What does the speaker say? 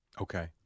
Okay